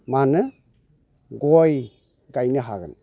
मा होनो गय गायनो हागोन